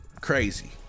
crazy